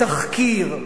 תחקיר,